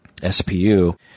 SPU